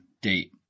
date